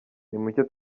nimucyo